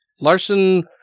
Larson